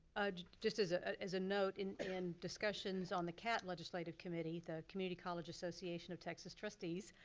ah just as ah as a note in and discussions on the ccat legislative committee, the community college association of texas trustees,